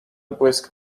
błysk